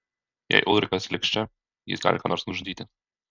jei ulrikas liks čia jis gali ką nors nužudyti